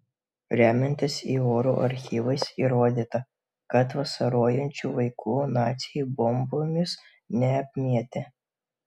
remiantis ir orų archyvais įrodyta kad vasarojančių vaikų naciai bombomis neapmėtė